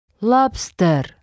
Lobster